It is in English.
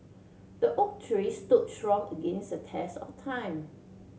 the oak tree stood strong against the test of time